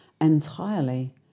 entirely